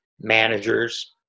managers